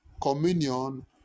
Communion